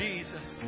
Jesus